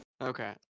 Okay